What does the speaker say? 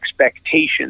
expectations